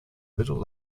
middle